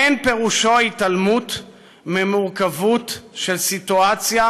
אין פירושו התעלמות ממורכבות של סיטואציה